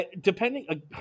depending